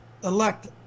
Elect